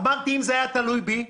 אמרתי שאם זה היה תלוי בי,